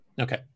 Okay